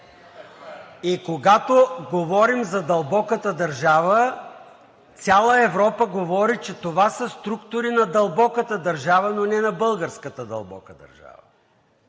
И когато говорим за дълбоката държава, цяла Европа говори, че това са структури на дълбоката държава, но не на българската дълбока държава.